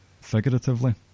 figuratively